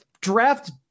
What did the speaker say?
draft